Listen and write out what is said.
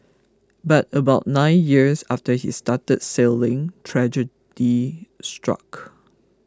but about nine years after he started sailing tragedy struck